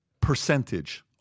percentage